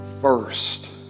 first